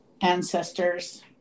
ancestors